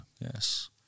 Yes